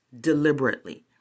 deliberately